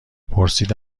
پرسید